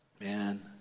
man